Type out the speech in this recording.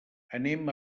anem